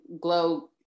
glow